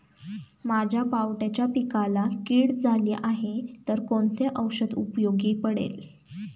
माझ्या पावट्याच्या पिकाला कीड झाली आहे तर कोणते औषध उपयोगी पडेल?